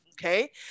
Okay